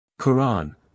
Quran